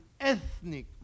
ethnic